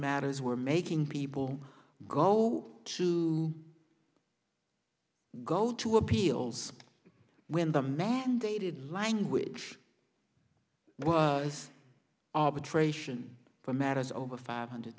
matters were making people go to go to appeals when the mandated language was arbitration for matters over five hundred